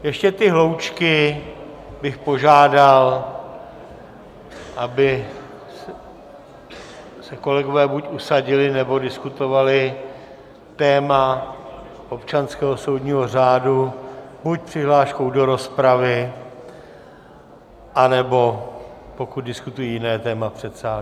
Ještě ty hloučky bych požádal, aby se kolegové buď usadili, nebo diskutovali téma občanského soudního řádu buď přihláškou do rozpravy, anebo pokud diskutují jiné téma, v předsálí.